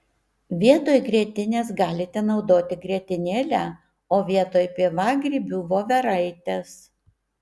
vietoj grietinės galite naudoti grietinėlę o vietoj pievagrybių voveraites